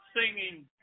singing